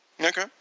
Okay